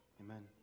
Amen